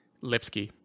Lipsky